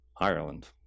ireland